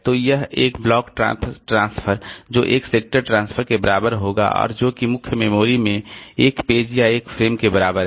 तो वह एक ब्लॉक ट्रांसफर जो एक सेक्टर ट्रांसफर के बराबर होगा और जो कि मुख्य मेमोरी में एक पेज या एक फ्रेम के बराबर है